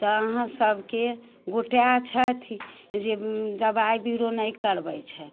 तऽ अहाँ सबके गोटाय छथि जे दबाइ बिरो नहि करबै छथि